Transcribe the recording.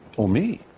or me.